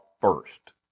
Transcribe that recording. first